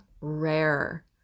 rare